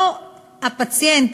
לא הפציינט,